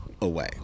away